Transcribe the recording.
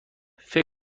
فکر